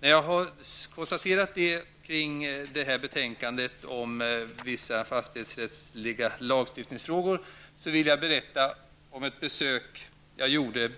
Efter att ha konstaterat detta kring betänkandet om vissa fastighetsrättsliga lagstiftningsfrågor skall jag berätta om ett besök som jag gjorde